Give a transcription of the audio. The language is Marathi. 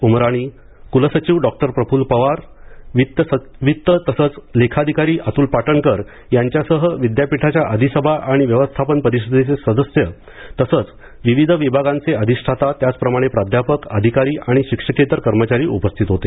उमराणी क्लसचिव डॉक्टर प्रफुल पवार वित्त तसंच लेखाधिकारी अतुल पाटणकर यांच्यासह विद्यापीठाच्या अधिसभा आणि व्यवस्थापन परिषदेचे सदस्य तसंच विविध विभागांचे अधिष्ठाता त्याचप्रमाणे प्राध्यापक अधिकारी आणि शिक्षकेतर कर्मचारी उपस्थित होते